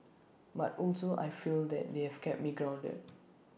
but also I feel that they have kept me grounded